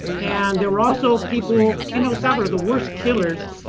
and there were also people in el salvador, the worst killers,